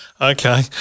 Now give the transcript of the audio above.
Okay